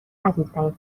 عزیزترین